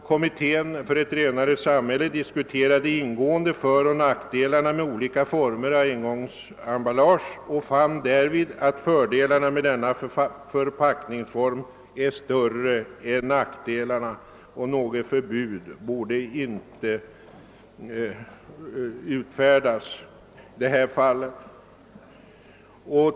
Kommitten för ett renare samhälle har diskuterat föroch nackdelarna med engångsemballage av olika slag och fann därvid att fördelarna med dessa förpackningar är större än nackdelarna, varför något förbud mot sådana förpackningar inte borde utfärdas.